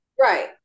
Right